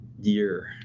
year